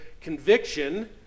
conviction